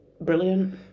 brilliant